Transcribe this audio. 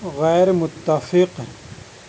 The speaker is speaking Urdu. غیرمتفق